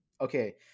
Okay